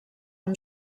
amb